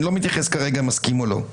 אני לא מתייחס כרגע אם אני מסכים או לא.